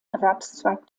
erwerbszweig